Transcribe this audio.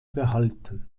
behalten